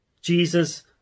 Jesus